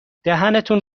دهنتون